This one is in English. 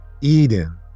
Eden